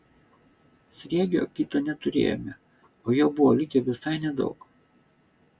sriegio kito neturėjome o jo buvo likę visai nedaug